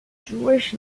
jewish